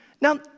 now